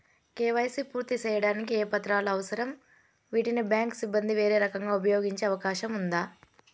KYC పూర్తి సేయడానికి ఏ పత్రాలు అవసరం, వీటిని బ్యాంకు సిబ్బంది వేరే రకంగా ఉపయోగించే అవకాశం ఉందా?